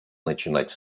начинать